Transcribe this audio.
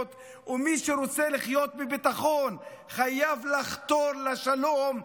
ושמי שרוצה לחיות בביטחון חייב לחתור לשלום.